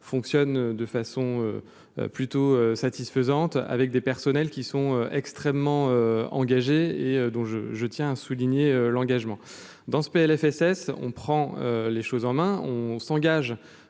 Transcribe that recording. fonctionne de façon plutôt satisfaisante, avec des personnels qui sont extrêmement engagés et dont, je, je tiens à souligner l'engagement dans ce PLFSS on prend les choses en main, on s'engage